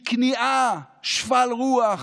בכניעה, בשפל רוח,